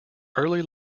early